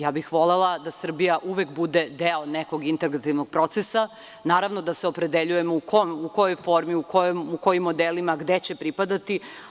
Ja bih volela da Srbija uvek bude deo nekog integrativnog procesa, ali naravno da se opredeljujemo u kojoj formi, u kojim modelima i gde će pripadati.